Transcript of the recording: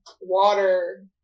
water